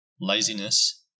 laziness